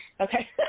Okay